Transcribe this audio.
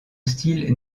style